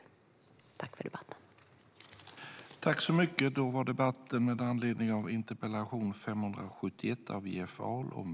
Tack för debatten!